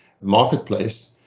marketplace